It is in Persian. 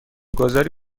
گذاری